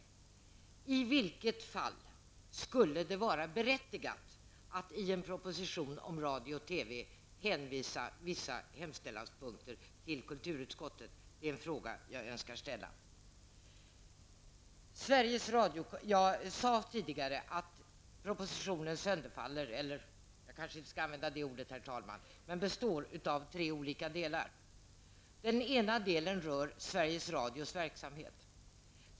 Min fråga till honom blir: I vilket fall skulle det vara berättigat att i en proposition om radio och TV hänvisa vissa hemställanpunkter till kulturutskottet? Det är en fråga som jag önskar ställa. Jag sade tidigare att propositionen består av tre olika delar. En del rör Sveriges Radios verksamhet.